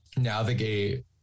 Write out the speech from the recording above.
navigate